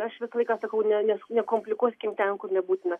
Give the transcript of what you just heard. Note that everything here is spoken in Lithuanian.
aš visą laiką sakau ne ne nekomplikuokim ten kur nebūtina